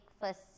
first